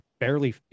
Barely